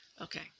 okay